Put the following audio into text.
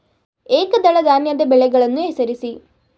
ಏಕದಳ ಧಾನ್ಯದ ಬೆಳೆಗಳನ್ನು ಹೆಸರಿಸಿ?